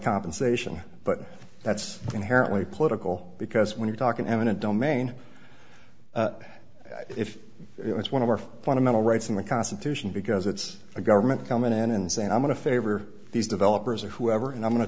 compensation but that's inherently political because when you're talking eminent domain if it's one of our fundamental rights in the constitution because it's a government coming in and saying i'm going to favor these developers or whoever and i'm going to